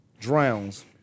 drowns